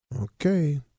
Okay